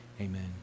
Amen